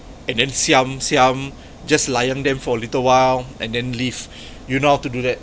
and then siam siam just layan them for a little while and then leave you know how to do that